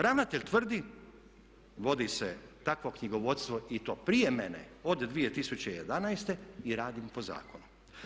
Ravnatelj tvrdi vodi se takvo knjigovodstvo i to prije mene od 2011. i radim po zakonu.